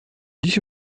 dziś